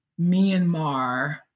Myanmar